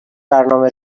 برنامه